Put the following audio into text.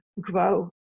grow